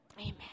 Amen